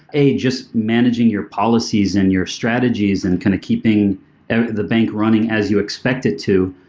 a, just managing your policies and your strategies and kind of keeping the bank running as you expect it to.